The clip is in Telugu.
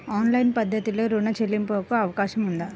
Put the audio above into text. ఆన్లైన్ పద్ధతిలో రుణ చెల్లింపునకు అవకాశం ఉందా?